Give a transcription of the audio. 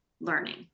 learning